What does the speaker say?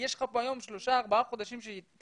יש לך פה היום שלושה-ארבעה חודשים שתלמידים